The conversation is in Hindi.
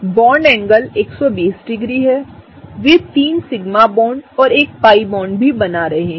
बॉन्ड एंगल120 डिग्री है वे तीन सिग्मा बॉन्ड और एक पाई बॉन्ड भी बना रहे हैं